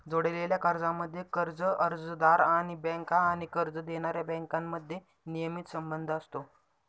जोडलेल्या कर्जांमध्ये, कर्ज अर्जदार आणि बँका आणि कर्ज देणाऱ्या बँकांमध्ये नियमित संबंध असतो